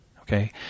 Okay